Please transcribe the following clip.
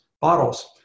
bottles